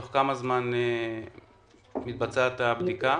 תוך כמה זמן מתבצעת הבדיקה?